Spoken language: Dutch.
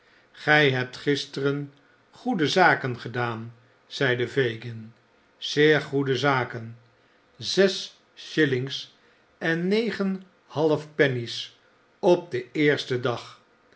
gij hebt gisteren goede zaken gedaan zeide fagin zeer goede zaken zes shillings en negen half pennys op den eersten dag